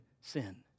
sin